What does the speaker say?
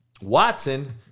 Watson